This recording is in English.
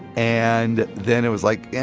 and then it was like, yeah